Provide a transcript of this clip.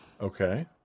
Okay